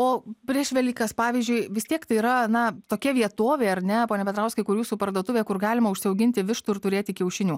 o prieš velykas pavyzdžiui vis tiek tai yra na tokia vietovė ar ne pone petrauskai kur jūsų parduotuvė kur galima užsiauginti vištų ir turėti kiaušinių